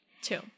Two